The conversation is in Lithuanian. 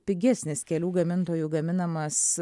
pigesnis kelių gamintojų gaminamas